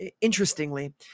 interestingly